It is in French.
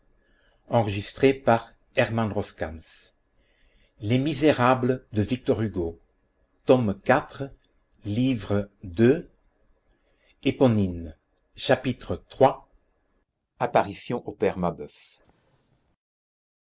des prisons chapitre iii apparition au père mabeuf